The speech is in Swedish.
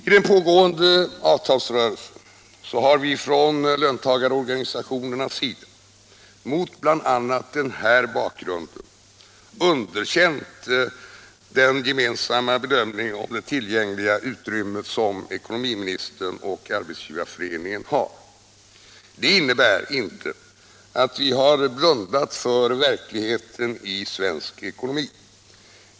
I den pågående avtalsrörelsen har vi från löntagarorganisationernas sida, mot bl.a. den här bakgrunden, underkänt den gemensamma bedömning om det tillgängliga utrymmet som ekonomiministern och Arbetsgivareföreningen har. Det innebär inte att vi har blundat för verkligheten i svensk ekonomi.